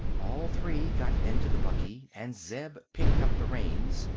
all three got into the buggy and zeb picked up the reins,